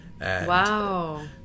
Wow